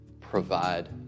provide